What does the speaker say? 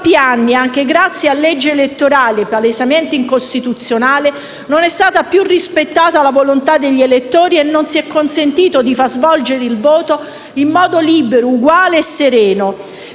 anche grazie a leggi elettorali palesemente incostituzionali, non è stata più rispettata la volontà degli elettori e non si è consentito di far svolgere il voto in modo libero, uguale e sereno.